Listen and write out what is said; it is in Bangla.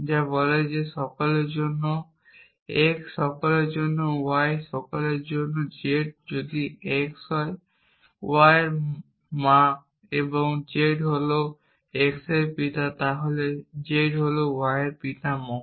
যা বলে যে সকলের জন্য x সকলের জন্য y সকলের জন্য z যদি x হয় y এর মা এবং z হয় x এর পিতা তাহলে z হল y এর পিতামহ